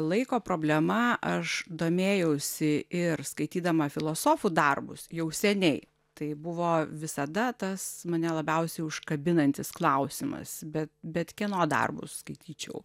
laiko problema aš domėjausi ir skaitydama filosofų darbus jau seniai tai buvo visada tas mane labiausiai užkabinantis klausimas bet bet kieno darbus skaityčiau